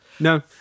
No